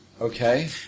Okay